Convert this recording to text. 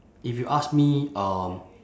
if you ask me um